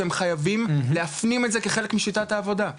שהם חייבים להפנים את זה כחלק משיטת העבודה,